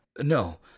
No